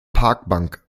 parkbank